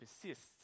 persists